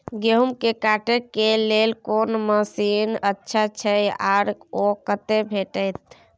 गेहूं के काटे के लेल कोन मसीन अच्छा छै आर ओ कतय भेटत?